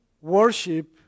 worship